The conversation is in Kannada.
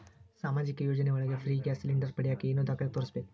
ಸಾಮಾಜಿಕ ಯೋಜನೆ ಒಳಗ ಫ್ರೇ ಗ್ಯಾಸ್ ಸಿಲಿಂಡರ್ ಪಡಿಯಾಕ ಏನು ದಾಖಲೆ ತೋರಿಸ್ಬೇಕು?